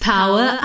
Power